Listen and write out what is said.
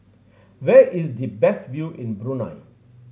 where is the best view in Brunei